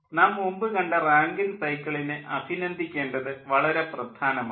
നാം മുമ്പ് കണ്ട റാങ്കിൻ സൈക്കിളിനെ അഭിനന്ദിക്കേണ്ടത് വളരെ പ്രധാനമാണ്